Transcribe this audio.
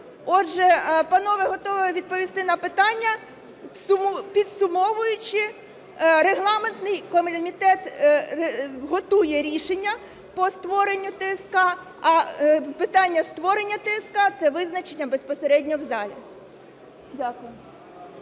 Отже, панове, готова відповісти на питання. Підсумовуючи, регламентний комітет готує рішення по створенню ТСК, а питання створення ТСК – це визначення безпосередньо в залі.